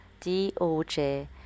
DOJ